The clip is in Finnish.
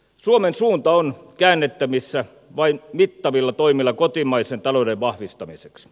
suomen suunta on käännettävissä vain mittavilla toimilla kotimaisen talouden vahvistamiseksi